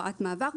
הוראת מעבר,